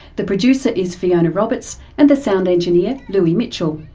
the producer is fiona roberts and the sound engineer louis mitchell.